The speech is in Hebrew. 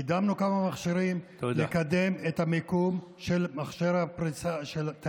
וקידמנו כמה מכשירים; נקדם את הפריסה של מכשירי